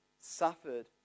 suffered